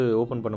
open